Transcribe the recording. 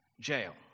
jail